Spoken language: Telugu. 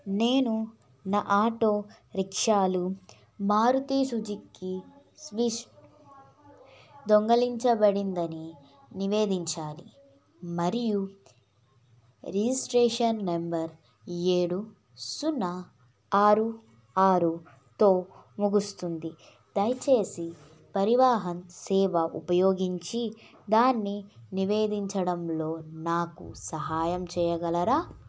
నేను నా ఆటో రిక్షాలు మారుతి సుజుకి స్విస్ట్ దొంగలించబడిందని నివేదించాలి మరియు రిజిస్ట్రేషన్ నంబర్ ఏడు సున్నా ఆరు ఆరుతో ముగుస్తుంది దయచేసి పరివాహన్ సేవ ఉపయోగించి దాన్ని నివేదించడంలో నాకు సహాయం చేయగలరా